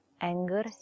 Anger